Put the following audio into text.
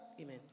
Amen